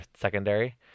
secondary